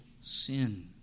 sin